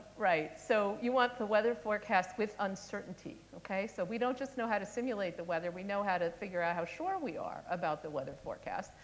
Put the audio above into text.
right. so you want the weather forecast with uncertainty. ok? so we don't just know how to simulate the weather, we know how to figure out how sure we are about the weather forecast.